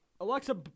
Alexa